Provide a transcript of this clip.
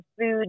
food